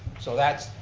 so that's,